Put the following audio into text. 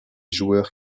joueurs